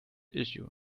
issue